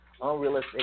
unrealistic